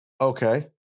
Okay